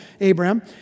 Abraham